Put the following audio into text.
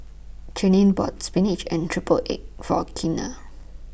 Cheyenne bought Spinach and Triple Egg For Kina